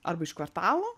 arba iš kvartalų